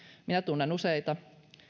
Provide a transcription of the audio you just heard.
minä tunnen useita